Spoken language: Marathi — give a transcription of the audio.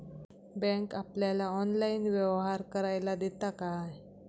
बँक आपल्याला ऑनलाइन व्यवहार करायला देता काय?